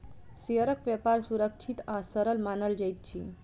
शेयरक व्यापार सुरक्षित आ सरल मानल जाइत अछि